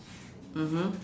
mmhmm